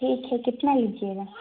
ٹھیک ہے کتنا لیجیے گا